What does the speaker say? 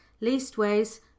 leastways